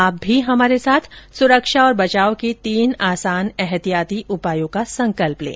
आप भी हमारे साथ सुरक्षा और बचाव के तीन आसान एहतियाती उपायों का संकल्प लें